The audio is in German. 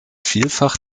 vielfach